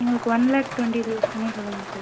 எங்களுக்கு one lakh twenty தௌசண்ட்னே சொல்லுங்கள் சார்